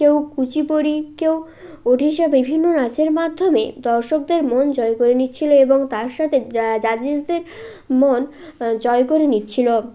কেউ কুচিপুরি কেউ ওড়িশি বিভিন্ন নাচের মাধ্যমে দর্শকদের মন জয় করে নিচ্ছিলো এবং তার সাথে জাজেসদের মন জয় করে নিচ্ছিলো